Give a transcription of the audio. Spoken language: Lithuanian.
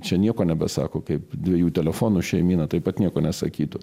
čia nieko nebesako kaip dviejų telefonų šeimyna taip pat nieko nesakytų